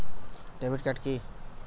Debit card কি?